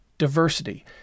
Diversity